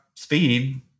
Speed